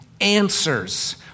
answers